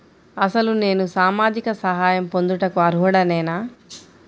అసలు నేను సామాజిక సహాయం పొందుటకు అర్హుడనేన?